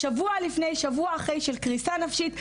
שבוע לפני ושבוע אחרי של קריסה נפשית,